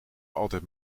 altijd